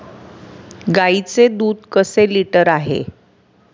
गाईचे दूध कसे लिटर आहे?